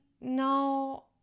no